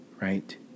Right